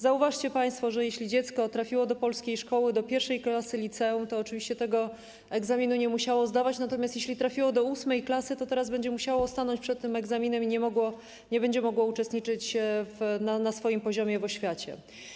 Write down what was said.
Zauważcie państwo, że jeśli dziecko trafiło do polskiej szkoły do I klasy liceum, to oczywiście tego egzaminu nie musiało zdawać, natomiast jeśli trafiło do VIII klasy, to teraz będzie musiało stawić się na egzamin i nie będzie mogło uczestniczyć na swoim poziomie w oświacie.